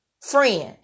friend